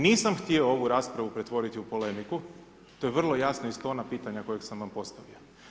Nisam htio ovu raspravu pretvoriti u polemiku, to je vrlo jasno iz tona pitanja kojega sam vam postavio.